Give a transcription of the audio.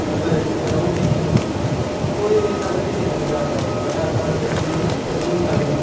ઘરેથી પહેલા ઊઠીને નીકળ્યા તો એવી રીતના આપણે ધીમે ધીમે જતા હોય કા કારણ કે એ હજી હજી આપણે ઊઠયા જ હોઈ